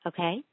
Okay